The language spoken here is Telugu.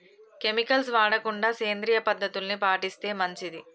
కెమికల్స్ వాడకుండా సేంద్రియ పద్ధతుల్ని పాటిస్తే మంచిది